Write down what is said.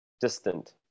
distant